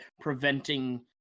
preventing